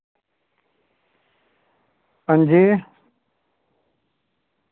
अंजी